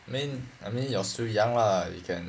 I mean I mean you're still young lah you can